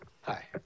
Hi